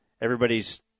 Everybody's